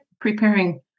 preparing